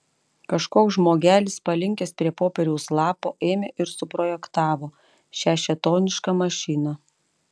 kažkoks žmogelis palinkęs prie popieriaus lapo ėmė ir suprojektavo šią šėtonišką mašiną